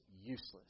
useless